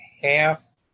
half